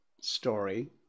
story